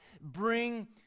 bring